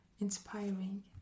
inspiring